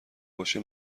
باشه